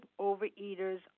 overeaters